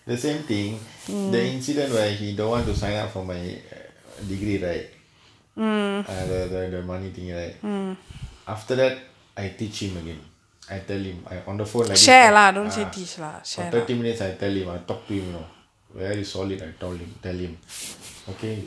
the same thing the incident where he don't want to sign up for my degree right err other then the money thing right after that I teach him again I tell him I on the phone let it for ah thirty minutes I tell him ah I talk to you know very solid I told him tell him okay